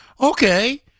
okay